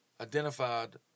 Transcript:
identified